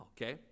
Okay